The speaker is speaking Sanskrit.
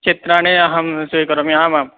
चित्राणि अहं स्वीकरोमि आमां